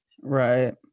Right